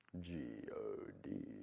G-O-D